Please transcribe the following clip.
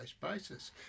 basis